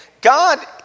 God